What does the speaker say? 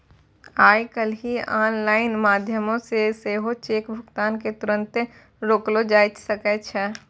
आइ काल्हि आनलाइन माध्यमो से सेहो चेक भुगतान के तुरन्ते रोकलो जाय सकै छै